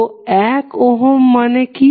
তো 1 ওহম মানে কি